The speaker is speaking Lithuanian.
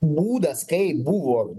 būdas kai buvo